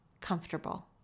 comfortable